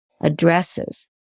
addresses